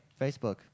Facebook